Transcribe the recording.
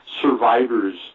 survivors